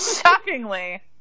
Shockingly